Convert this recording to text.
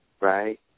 Right